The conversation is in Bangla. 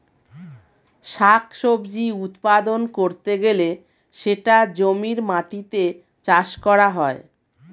শাক সবজি উৎপাদন করতে গেলে সেটা জমির মাটিতে চাষ করা হয়